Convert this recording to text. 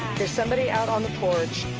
there's somebody out on the porch.